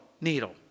Needle